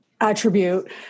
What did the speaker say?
attribute